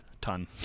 ton